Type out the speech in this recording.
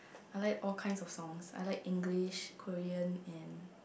I like all kinds of songs I like English Korean and